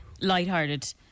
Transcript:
lighthearted